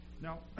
Now